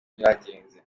byagenze